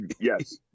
Yes